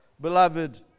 beloved